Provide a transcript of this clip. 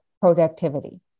productivity